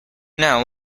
now